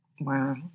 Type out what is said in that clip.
Wow